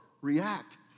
react